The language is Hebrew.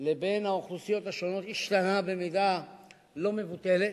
לבין האוכלוסיות השונות השתנה במידה לא מבוטלת,